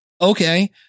Okay